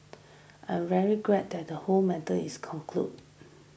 I am very glad that the whole matter is concluded